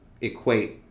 equate